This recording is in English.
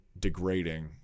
degrading